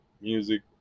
music